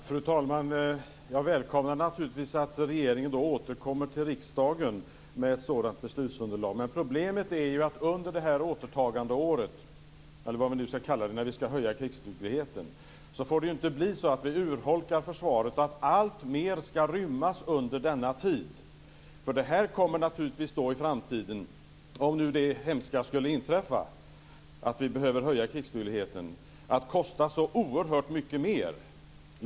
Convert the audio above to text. Fru talman! Jag välkomnar naturligtvis att regeringen återkommer till riksdagen med ett sådant beslutsunderlag. Men problemet är ju att när vi skall höja krigsdugligheten under det här återtagandeåret, eller vad vi nu skall kalla det, får det inte bli så att vi urholkar försvaret och att alltmer skall rymmas under denna tid. Det här kommer naturligtvis i framtiden, om nu det hemska skulle inträffa att vi behöver höja krigsdugligheten, att kosta så oerhört mycket mer.